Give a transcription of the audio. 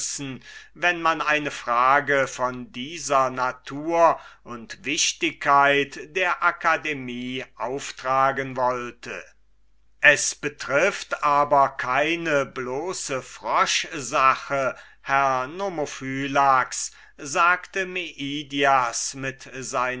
wenn man eine frage von dieser natur und wichtigkeit der akademie auftragen wollte es betrifft aber keine bloße froschsache hochgeachteter herr nomophylax sagte meidias mit